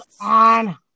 on